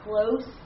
close